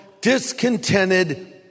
discontented